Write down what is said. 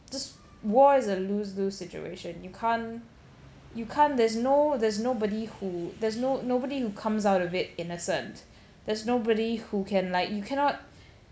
just war is a lose-lose situation you can't you can't there's no there's nobody who there's no nobody who comes out of it innocent there's nobody who can like you cannot